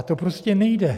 To prostě nejde.